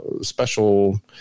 special